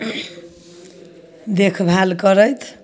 देखभाल करथि